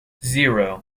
zero